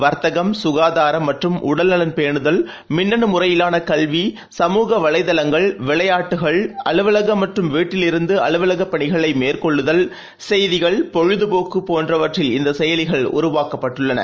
வர்த்தகம் சுகாதாரம் மற்றும் உடல்நலன் பேனுதல் மின்னனு முறையிலான கல்வி சமுக வலைதளங்கள் வியைளாட்டுகள் அலுவலகம் மற்றம் வீட்டிலிருந்து அலுவலகப் பனிகளை மேற்கொள்ளுதல் செய்திகள் பொழுது போக்கு போன்றவற்றில் இந்த செயலிகள் உருவாக்கப்பட்டுள்ளன